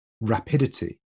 rapidity